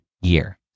year